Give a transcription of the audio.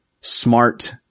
smart